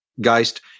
geist